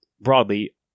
broadly